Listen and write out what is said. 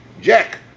Jack